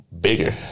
bigger